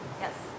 Yes